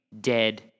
dead